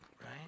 right